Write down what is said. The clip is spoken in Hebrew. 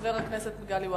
ולחבר הכנסת מגלי והבה.